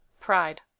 pride